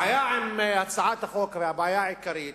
הבעיה עם הצעת החוק והבעיה העיקרית,